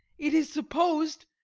it is supposed,